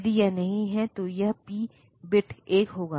यदि यह नहीं है तो यह पी बिट 1 होगा